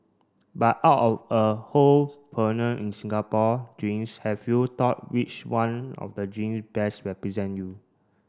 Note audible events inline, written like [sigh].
but out of a whole [unintelligible] in Singapore drinks have you thought which one of the drink best represent you